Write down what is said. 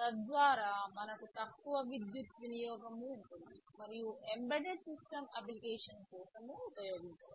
తద్వారా మనకు తక్కువ విద్యుత్ వినియోగం ఉంటుంది మరియు ఎంబెడెడ్ సిస్టమ్స్ అప్లికేషన్ కోసం ఉపయోగించవచ్చు